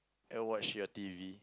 and watch your T_V